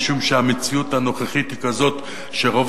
משום שהמציאות הנוכחית היא כזאת שרוב